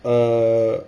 err